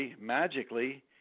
magically